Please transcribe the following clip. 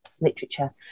literature